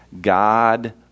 God